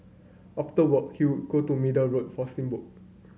after work he would go to Middle Road for steamboat